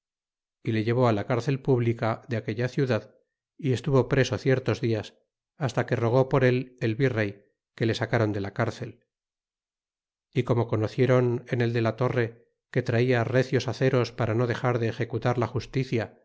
y le llevó la cárcel pública de aquella ciudad y estuvo preso ciertos dias hasta que rogó por el el virrey que le sacron de la cárcel y como conocieron en el de la torre que traia recios aceros para no dexar de executar la justicia